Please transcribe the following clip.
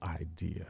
idea